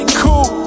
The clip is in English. cool